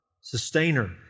sustainer